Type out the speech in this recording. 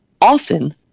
Often